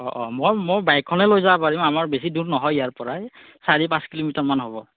অ অ মই মই বাইকখনে লৈ যাব পাৰিম আমাৰ বেছি দূৰ নহয় ইয়াৰ পৰা চাৰি পাঁচ কিলোমিটাৰমান হ'ব